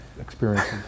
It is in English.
experiences